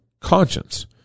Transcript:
conscience